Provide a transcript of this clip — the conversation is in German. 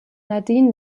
nadine